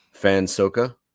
Fansoka